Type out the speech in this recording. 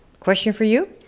question for you,